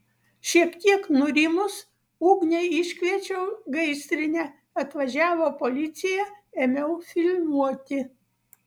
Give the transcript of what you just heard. šiek tiek nurimus ugniai iškviečiau gaisrinę atvažiavo policija ėmiau filmuoti